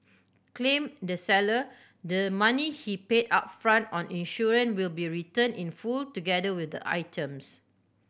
claimed the seller the money he paid upfront on insurance will be returned in full together with the items